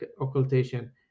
occultation